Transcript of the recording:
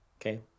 Okay